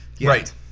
Right